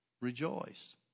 Rejoice